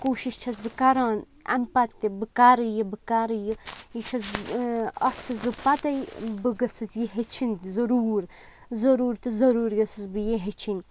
کوٗشِش چھَس بہٕ کَران اَمہِ پَتہٕ تہٕ بہٕ کَرٕ یہِ بہٕ کَرٕ یہِ یہِ چھَس بہٕ اَتھ چھَس بہٕ پتے بہٕ گٔژھٕس یہِ ہیٚچھٕنۍ ضروٗر ضروٗر تہٕ ضروٗر گٔژھٕس بہٕ یہِ ہیٚچھٕنۍ